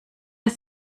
ist